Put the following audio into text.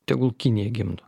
tegul kinija gimdo